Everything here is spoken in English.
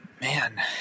man